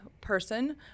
person